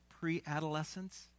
pre-adolescence